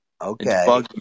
Okay